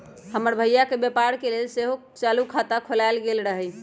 हमर भइया के व्यापार के लेल सेहो चालू खता खोलायल गेल रहइ